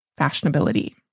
fashionability